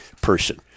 person